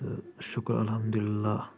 تہٕ شُکر الحمداللہ